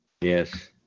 Yes